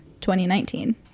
2019